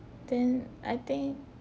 then I think